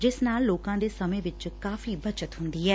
ਜਿਸ ਨਾਲ ਲੋਕਾਂ ਦੇ ਸਮੇਂ ਵਿੱਚ ਕਾਫੀ ਬੱਚਤ ਹੁੰਦੀ ਐ